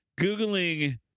Googling